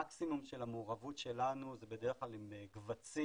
המקסימום של המעורבות שלנו זה בדרך כלל עם קבצים